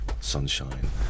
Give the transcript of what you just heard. Sunshine